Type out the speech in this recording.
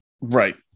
Right